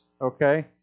okay